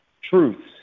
truths